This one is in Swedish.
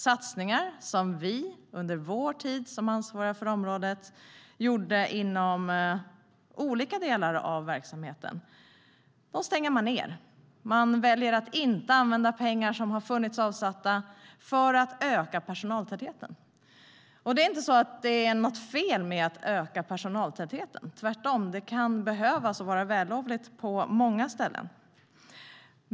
Satsningar som Alliansen gjorde under vår tid som ansvariga för området inom olika delar av verksamheten stängs ned. Man väljer att inte använda pengar som har funnits avsatta för att öka personaltätheten. Det är inte så att det är något fel med att öka personaltätheten. Tvärtom kan det behövas och vara vällovligt på många ställen.